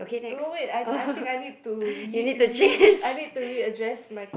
no wait I I think I need to re~ re~ I need to readjust my